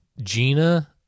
Gina